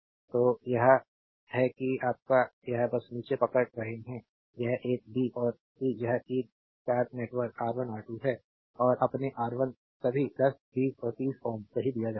तो यह है कि आप एक बस नीचे पकड़ रहे है यह एक बी और सी यह T network star network R1 R2 है और अपने R3 सभी 10 20 और 30 Ω सही दिया जाता है